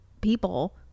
people